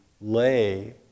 lay